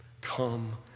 Come